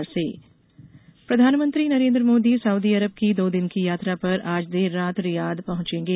मोदी यात्रा प्रधानमंत्री Narendra Modi Saudi Arab की दो दिन की यात्रा पर आज देर रात रियाद पहुंचेंगे